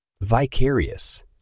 Vicarious